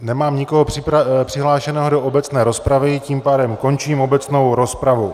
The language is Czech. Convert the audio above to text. Nemám nikoho přihlášeného do obecné rozpravy, tím pádem končím obecnou rozpravu.